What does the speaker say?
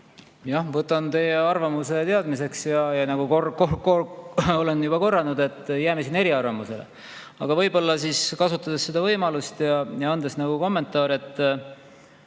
Võtan teie arvamuse teadmiseks. Ma olen juba korranud, et me jääme siin eri arvamusele. Aga kasutades seda võimalust, ma annaks nagu kommentaari, et